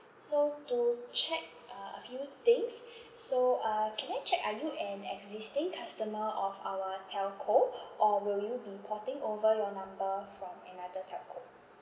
so to check uh a few things so uh can I check are you an existing customer of our telco or will you be porting over your number from another telco